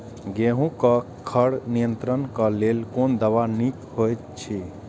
गेहूँ क खर नियंत्रण क लेल कोन दवा निक होयत अछि?